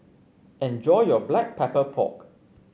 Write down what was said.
enjoy your Black Pepper Pork